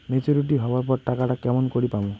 Maturity হবার পর টাকাটা কেমন করি পামু?